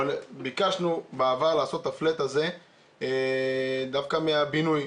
אבל ביקשנו בעבר לעשות את ה"פלאט" הזה דווקא מהבינוי.